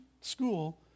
school